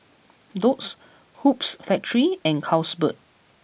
Doux Hoops Factory and Carlsberg